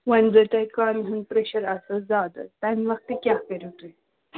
وۄنۍ زَن تۄہہِ کامہِ ہُنٛد پرٛٮ۪شَر آسیو زیادٕ تَمہِ وَقتہٕ کیٛاہ کٔرِو تُہۍ